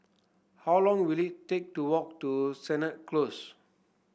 how long will it take to walk to Sennett Close